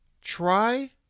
Try